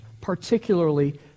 particularly